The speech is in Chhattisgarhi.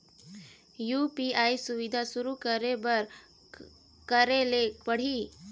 यू.पी.आई सुविधा शुरू करे बर का करे ले पड़ही?